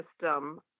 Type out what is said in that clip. system